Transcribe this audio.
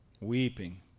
weeping